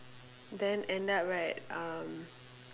then end up right um